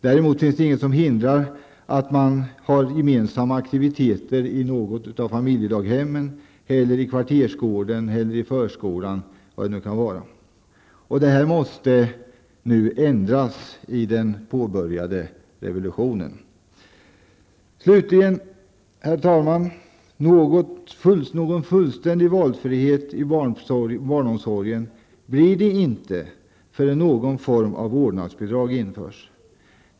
Däremot finns det inget som hindrar att man har gemensamma aktiviteter i något av familjedaghemmen, i kvartersgården, i förskolan eller var det nu kan vara. Detta måste nu ändras genom den påbörjade revolutionen. Herr talman! Någon fullständig valfrihet inom barnomsorgen blir det inte förrän någon form av vårdnadsbidrag införs.